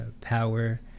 power